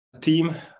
team